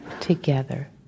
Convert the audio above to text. together